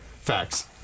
Facts